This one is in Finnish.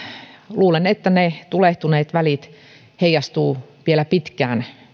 luulen että ne tulehtuneet välit heijastuvat vielä pitkään